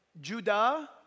Judah